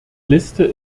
liste